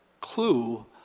clue